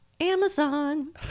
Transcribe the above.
Amazon